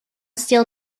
steel